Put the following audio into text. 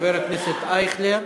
חבר הכנסת אייכלר,